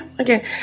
Okay